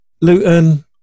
Luton